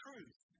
Truth